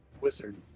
Wizard